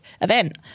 event